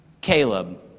Caleb